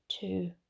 Two